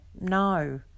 No